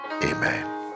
Amen